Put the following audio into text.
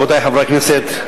רבותי חברי הכנסת,